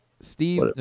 Steve